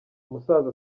umusaza